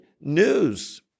news